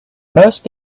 most